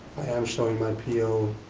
i am showing my p o.